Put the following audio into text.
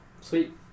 Sweet